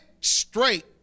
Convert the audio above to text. straight